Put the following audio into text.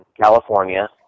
california